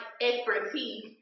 expertise